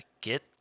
get